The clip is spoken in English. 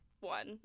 one